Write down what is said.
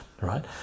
right